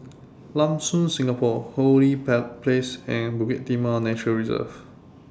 Lam Soon Singapore Hong Lee Place and Bukit Timah Nature Reserve